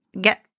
get